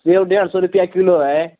सेब डेढ़ सौ रुपये किलो है